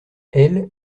elle